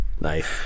Nice